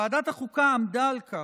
ועדת החוקה עמדה על כך,